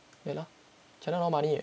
ya lah china a lot of money eh